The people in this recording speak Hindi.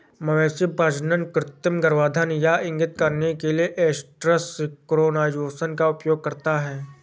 मवेशी प्रजनन कृत्रिम गर्भाधान यह इंगित करने के लिए एस्ट्रस सिंक्रोनाइज़ेशन का उपयोग करता है